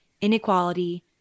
Inequality